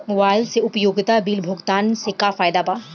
Mobile से उपयोगिता bill भुगतान से का फायदा बा?